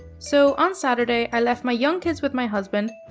so on saturday, i left my young kids with my husband,